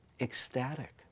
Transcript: ecstatic